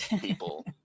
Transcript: people